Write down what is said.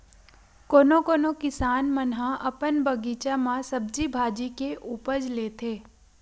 कोनो कोनो किसान मन ह अपन बगीचा म सब्जी भाजी के उपज लेथे